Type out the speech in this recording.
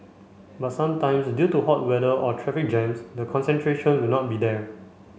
but sometimes due to hot weather or traffic jams the concentration will not be there